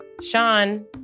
Sean